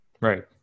Right